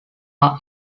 are